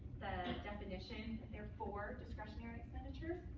definition there for discretionary expenditures.